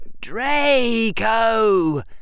Draco